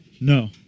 No